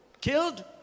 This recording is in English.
killed